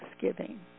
thanksgiving